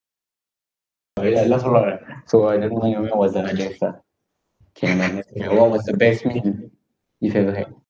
orh yes I laugh so loud ah so I don't want ah K never mind ya what was the best meal you've ever had